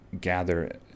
gather